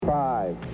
Five